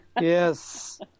Yes